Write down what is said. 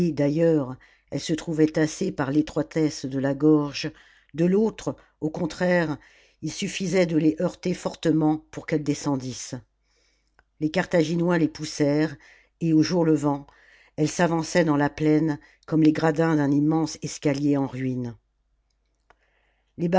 d'ailleurs elles se trouvaient tassées par l'étroitesse de la gorge de l'autre au contraire il suffisait de les heurter fortement pour qu'elles descendissent les carthaginois les poussèrent et au jour levant elles s'avançaient dans la plaine comme les gradins d'un immense escalier en o ruines